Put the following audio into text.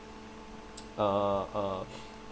uh uh